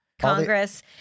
Congress